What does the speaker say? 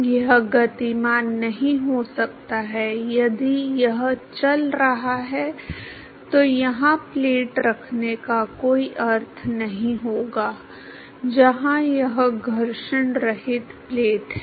यह गतिमान नहीं हो सकता है यदि यह चल रहा है तो यहां प्लेट रखने का कोई अर्थ नहीं होगा जहां यह घर्षण रहित प्लेट है